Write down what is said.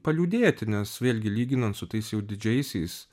paliūdėti nes vėlgi lyginant su tais jau didžiaisiais